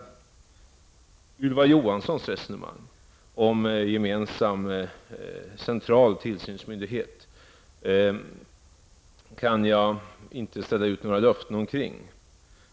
Jag kan inte ställa ut några löften kring Ylva Johanssons resonemang om en gemensam central tillsynsmyndighet.